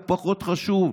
הוא פחות חשוב,